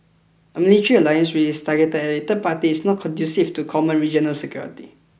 a military alliance which is targeted at a third party is not conducive to common regional security